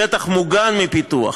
שטח מוגן מפיתוח.